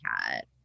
cat